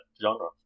genre